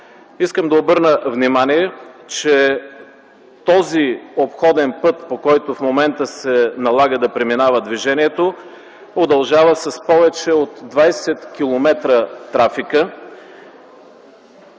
Искам да обърна внимание, че този обходен маршрут, по който в момента се налага да преминава движението, удължава с повече от 20 км пътя.